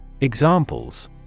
Examples